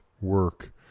work